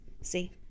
see